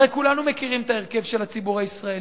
הרי כולנו מכירים את ההרכב של הציבור הישראלי.